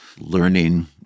Learning